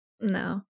No